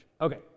Okay